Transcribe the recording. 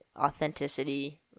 authenticity